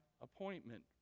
appointment